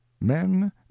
men